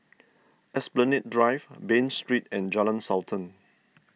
Esplanade Drive Bain Street and Jalan Sultan